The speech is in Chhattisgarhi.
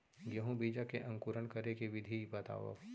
गेहूँ बीजा के अंकुरण करे के विधि बतावव?